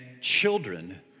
children